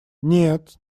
нет